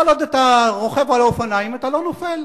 כל עוד אתה רוכב על האופניים אתה לא נופל.